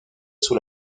sous